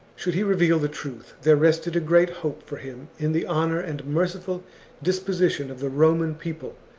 should he reveal the truth, there rested a great hope for him in the honour and merciful disposition of the roman people.